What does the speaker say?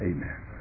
Amen